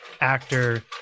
actor